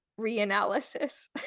reanalysis